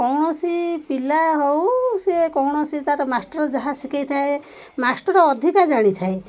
କୌଣସି ପିଲା ହଉ ସିଏ କୌଣସି ତାର ମାଷ୍ଟର ଯାହା ଶିଖେଇଥାଏ ମାଷ୍ଟର ଅଧିକା ଜାଣିଥାଏ